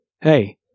hey